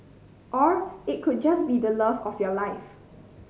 or it could just be the love of your life